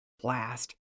Blast